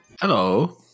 Hello